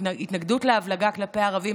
ההתנגדות להבלגה כלפי הערבים,